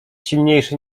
silniejszy